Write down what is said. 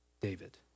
David